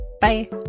Bye